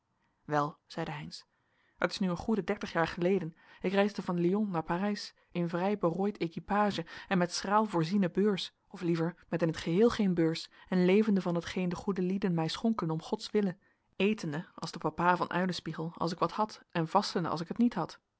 wel zeide heynsz het is nu een goede dertig jaar geleden ik reisde van lyon naar parijs in vrij berooid equipage en met schraal voorziene beurs of liever met in t geheel geen beurs en levende van hetgeen de goede lieden mij schonken om gods wille etende als de papa van uilenspiegel als ik wat had en vastende als ik net niet had